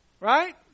Right